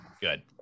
Good